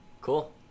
Cool